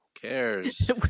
cares